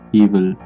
evil